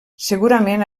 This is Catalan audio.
segurament